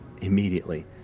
Immediately